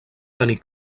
tenir